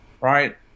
right